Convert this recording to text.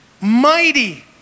mighty